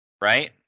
Right